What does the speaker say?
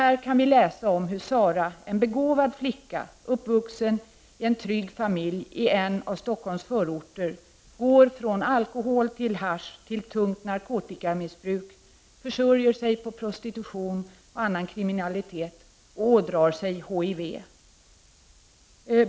I boken kan vi läsa om hur Sara — en begåvad flicka, uppvuxen i en trygg familj i en av Stockholms förorter — går från bruk av alkohol och hasch till tungt narkotikamissbruk, försörjer sig på prostitution och kriminalitet och ådrar sig HIV.